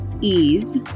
ease